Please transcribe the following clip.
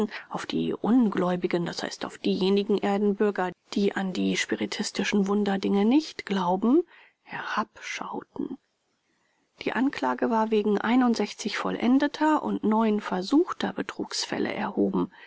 auf die ungläubigen d h auf diejenigen erdenbürger die an die spiritistischen wunderdinge nicht glauben herabschauten die anklage war wegen vollendeter und versuchter betrugsfälle erhoben